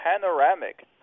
panoramic